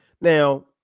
Now